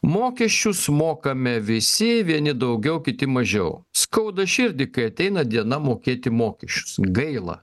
mokesčių sumokame visi vieni daugiau kiti mažiau skauda širdį kai ateina diena mokėti mokesčius gaila